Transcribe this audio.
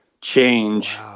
change